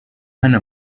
hano